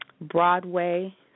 Broadway